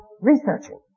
researching